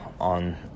on